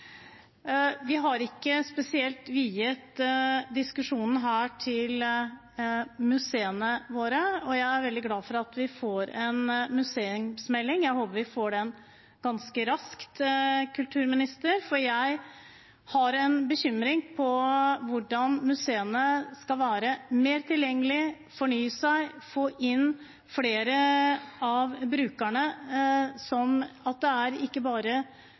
Vi har ikke viet diskusjonen her spesielt til museene våre. Jeg er veldig glad for at vi får en museumsmelding. Jeg håper at vi får den ganske raskt, kulturminister, for jeg har en bekymring med hensyn til hvordan museene skal være – mer tilgjengelige, at de fornyer seg og får inn flere av brukerne, slik at det ikke bare